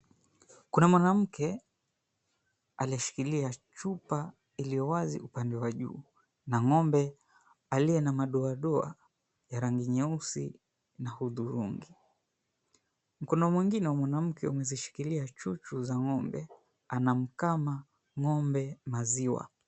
Kuna mwanamke aliyeshikilia chupa iliyowazi upande wa juu na ng'ombe aliye na madoadoa ya rangi nyeusi na hudhurungi. Mkono mwingine wa mwanamke umezishikilia chuchu za ng'ombe anamkama ng'ombe maziwa.